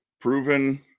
proven